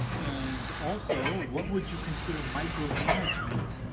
and also what would you consider micromanagement